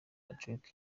patrick